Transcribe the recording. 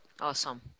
Awesome